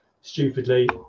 stupidly